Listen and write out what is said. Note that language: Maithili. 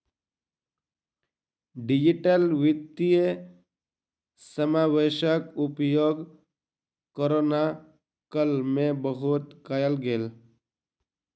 डिजिटल वित्तीय समावेशक उपयोग कोरोना काल में बहुत कयल गेल